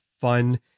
fun